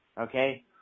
okay